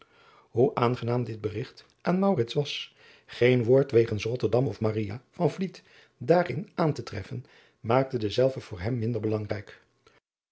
oe aangenaam dit berigt aan was geen woord wegens otterdam of daarin aan te treffen maakte denzelven voor hem minder belangrijk